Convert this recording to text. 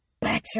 better